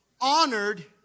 honored